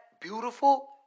beautiful